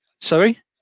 Sorry